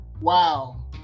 Wow